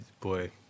Boy